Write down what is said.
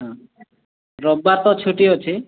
ହଁ ରବିବାର ତ ଛୁଟି ଅଛି